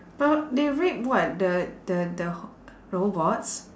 but they rape what the the the robots